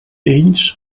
ells